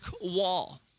wall